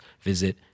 visit